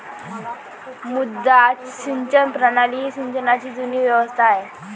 मुड्डा सिंचन प्रणाली ही सिंचनाची जुनी व्यवस्था आहे